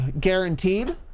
guaranteed